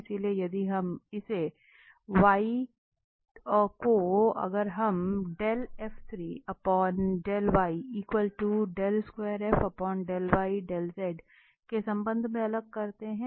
इसलिए यदि हम इसे y के संबंध में अलग करते हैं